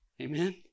Amen